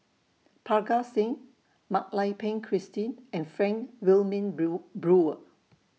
Parga Singh Mak Lai Peng Christine and Frank Wilmin Bill Brewer